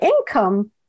income